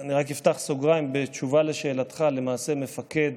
ואני רק אפתח סוגריים, בתשובה לשאלתך: למעשה מפקד